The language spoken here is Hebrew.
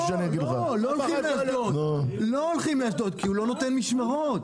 לא הולכים לאשדוד כי הוא לא נותן משמרות.